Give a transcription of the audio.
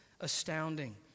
astounding